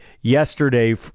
yesterday